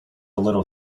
little